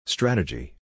Strategy